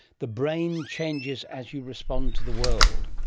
the brain changes as you respond to the world.